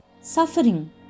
suffering